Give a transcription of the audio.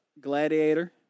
Gladiator